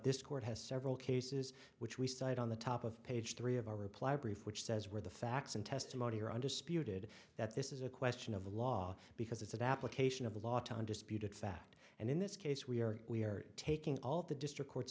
this court has several cases which we cite on the top of page three of our reply brief which says where the facts and testimony are undisputed that this is a question of the law because it's an application of the law to undisputed fact and in this case we are we are taking all the district courts